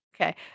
Okay